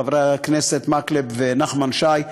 חברי הכנסת מקלב ונחמן שי,